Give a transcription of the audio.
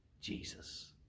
Jesus